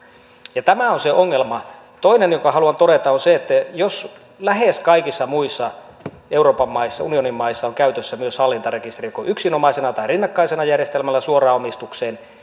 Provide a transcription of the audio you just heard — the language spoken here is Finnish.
ja tämä on se ongelma toinen asia jonka haluan todeta on se että jos lähes kaikissa muissa euroopan maissa unionimaissa on käytössä myös hallintarekisteri joko yksinomaisena tai rinnakkaisena järjestelmänä suoraan omistukseen